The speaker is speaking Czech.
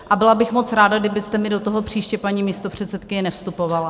A byla bych moc ráda, kdybyste mi do toho příště, paní místopředsedkyně, nevstupovala.